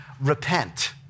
repent